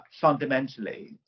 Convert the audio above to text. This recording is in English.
Fundamentally